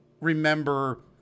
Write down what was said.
remember